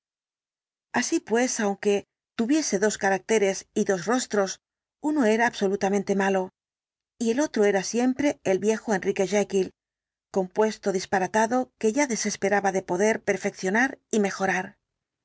así pues aunque tuviese dos caracteres y dos rostros uno era absolutamente malo y el otro era siempre el viejo enrique jekyll compuesto disparatado que ya desesperaba de poder perfeccionar y mejorar